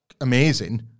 amazing